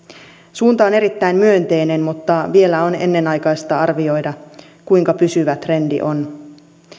suunta on erittäin myönteinen mutta vielä on ennenaikaista arvioida kuinka pysyvä trendi on